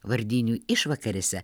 vardinių išvakarėse